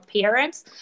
parents